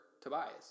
Tobias